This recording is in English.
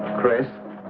chris.